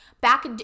back